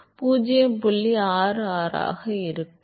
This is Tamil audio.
664 ஆக இருக்கும்